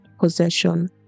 possession